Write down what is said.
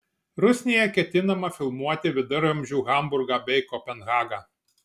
rusnėje ketinama filmuoti viduramžių hamburgą bei kopenhagą